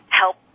help